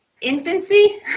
Infancy